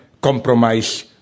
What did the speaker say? compromise